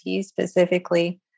specifically